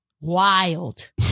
wild